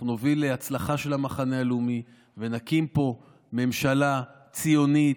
אנחנו נוביל להצלחה של המחנה הלאומי ונקים פה ממשלה ציונית.